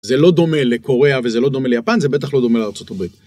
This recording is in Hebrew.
זה לא דומה לקוריאה וזה לא דומה ליפן, זה בטח לא דומה לארה״ב.